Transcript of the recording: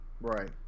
Right